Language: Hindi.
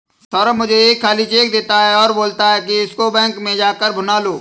सौरभ मुझे एक खाली चेक देता है और बोलता है कि इसको बैंक में जा कर भुना लो